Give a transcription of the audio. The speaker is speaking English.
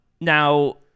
now